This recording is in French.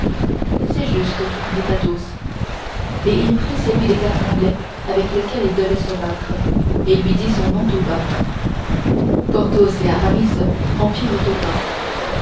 c'est juste dit athos et il prit à l'écart celui des quatre anglais avec lequel il devait se battre et lui dit son nom tout bas porthos et aramis en